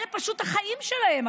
אלה פשוט החיים שלהם,